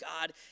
God